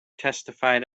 testified